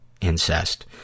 incest